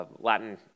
Latin